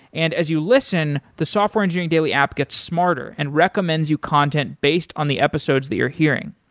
and as you listen, the software engineering daily app gets smarter and recommends you content based on the episodes that you're hearing.